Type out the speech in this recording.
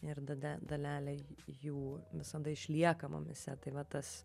ir dada dalelei jų visada išlieka mumyse tai va tas